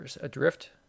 Adrift